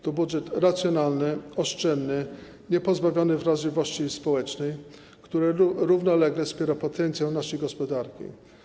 To budżet racjonalny, oszczędny, niepozbawiony wrażliwości społecznej, który równolegle wspiera potencjał naszej gospodarki.